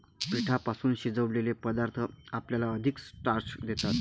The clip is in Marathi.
पिठापासून शिजवलेले पदार्थ आपल्याला अधिक स्टार्च देतात